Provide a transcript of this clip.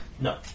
No